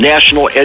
National